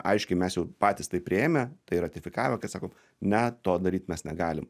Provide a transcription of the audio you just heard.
aiškiai mes jau patys tai priėmę tai ratifikavę kad sako ne to daryt mes negalim